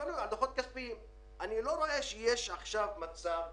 לראות אילו רשויות צפויות להיפגע מן הסיפור הזה.